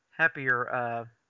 happier